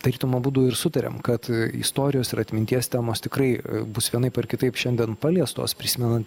tarytum abudu ir sutariam kad istorijos ir atminties temos tikrai bus vienaip ar kitaip šiandien paliestos prisimenant